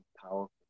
powerful